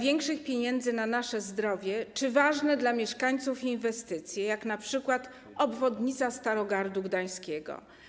większych pieniędzy na nasze zdrowie czy ważne dla mieszkańców inwestycje, jak np. obwodnica Starogardu Gdańskiego.